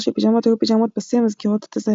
פיג'מות היו "פיג'מות פסים" המזכירות את הזברה.